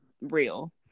real